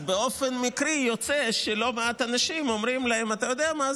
אז באופן מקרי יוצא שלא מעט אנשים אומרים להם: אתה יודע מה?